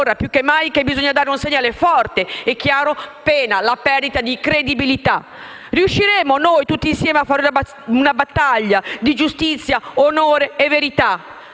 ora più che mai, che bisogna dare un segnale forte e chiaro, pena la perdita di credibilità. Riusciremo tutti insieme a fare una battaglia di giustizia, onore e verità?